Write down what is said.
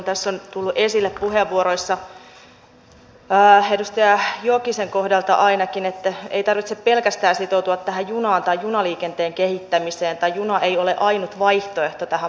tässä on tullut esille puheenvuoroissa edustaja jokisen kohdalla ainakin että ei tarvitse sitoutua pelkästään tähän junaan tai junaliikenteen kehittämiseen tai juna ei ole ainut vaihtoehto tähän matkustamiseen